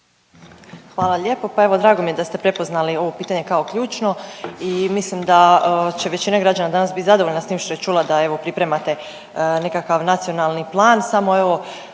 Hvala lijepo, pa evo drago mi je da ste prepoznali ovo pitanje kao ključno i mislim da će većina građana danas bit zadovoljna s tim što je čula da evo pripremate nekakav Nacionalni plan, samo evo